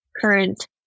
current